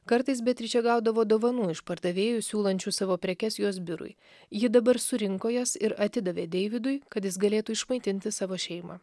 kartais beatričė gaudavo dovanų iš pardavėjų siūlančių savo prekes jos biurui ji dabar surinko jas ir atidavė deividui kad jis galėtų išmaitinti savo šeimą